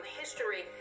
history